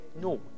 No